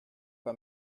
pas